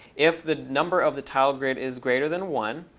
if the number of the tile grid is greater than one,